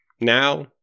Now